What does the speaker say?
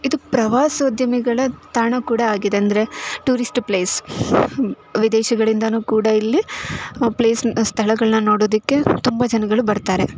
ಇದು ಪ್ರವಾಸೋದ್ಯಮಿಗಳ ತಾಣ ಕೂಡ ಆಗಿದೆ ಅಂದರೆ ಟೂರಿಸ್ಟ್ ಪ್ಲೇಸ್ ವಿದೇಶಗಳಿಂದಲೂ ಕೂಡ ಇಲ್ಲಿ ಪ್ಲೇಸ್ ಸ್ಥಳಗಳನ್ನ ನೋಡುವುದಕ್ಕೆ ತುಂಬ ಜನಗಳು ಬರ್ತಾರೆ